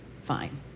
fine